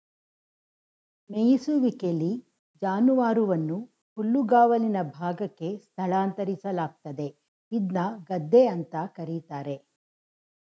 ಮೆಯಿಸುವಿಕೆಲಿ ಜಾನುವಾರುವನ್ನು ಹುಲ್ಲುಗಾವಲಿನ ಭಾಗಕ್ಕೆ ಸ್ಥಳಾಂತರಿಸಲಾಗ್ತದೆ ಇದ್ನ ಗದ್ದೆ ಅಂತ ಕರೀತಾರೆ